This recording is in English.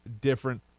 different